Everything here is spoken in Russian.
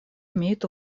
имеет